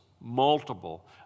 multiple